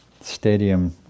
stadium